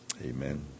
Amen